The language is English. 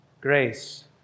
grace